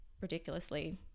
ridiculously